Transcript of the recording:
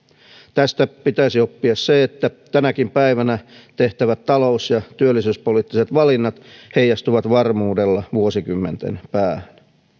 tästä pitäisi oppia se että tänäkin päivänä tehtävät talous ja työllisyyspoliittiset valinnat heijastuvat varmuudella vuosikymmenten päähän